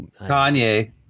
Kanye